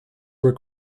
were